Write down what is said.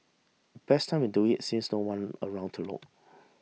best time to do it since no one around to look